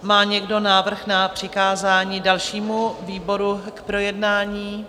Má někdo návrh na přikázání dalšímu výboru k projednání?